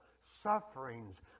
sufferings